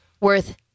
worth